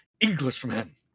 englishman